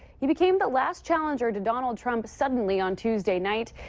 he became the last challenger to donald trump suddenly on tuesday night,